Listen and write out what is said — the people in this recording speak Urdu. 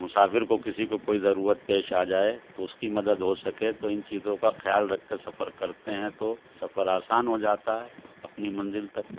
مسافر کو کسی کو کوئی ضرورت پیش آ جائے تو اس کی مدد ہو سکے تو ان چیزوں کا خیال رکھ کے سفر کرتے ہیں تو سفر آسان ہو جاتا ہے اپنی منزل تک